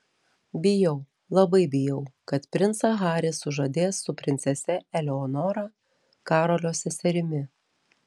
bijau labai bijau kad princą harį sužadės su princese eleonora karolio seserimi